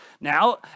Now